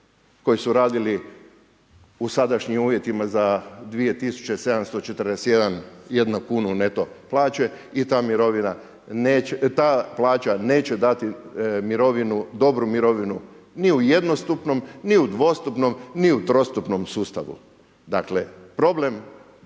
koji su radili u sadašnjim uvjetima za 2 tisuće 741 kunu neto plaće i ta mirovina neće, ta plaća neće dati mirovinu, dobru mirovinu ni u jednostupnom, ni u dvostupnom, ni u trostupnom sustavu. Dakle problem